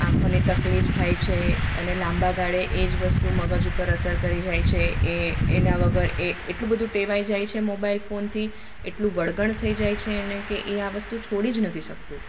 આંખોની તકલીફ થાય છે અને લાંબાગાળે એ જ વસ્તુ મગજ ઉપર અસર કરી જાય છે એ એના વગર એ એટલું બધું ટેવાઈ જાય છે મોબાઈલ ફોનથી એટલું વળગણ થઈ જાય છે એને કે એ આ વસ્તુ છોડી જ નથી શકતું